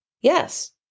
Yes